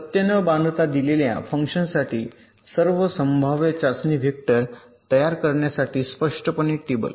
सत्य न बांधता दिलेल्या फंक्शनसाठी सर्व संभाव्य चाचणी वेक्टर तयार करण्यासाठी स्पष्टपणे टेबल